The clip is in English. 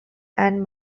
and